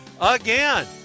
again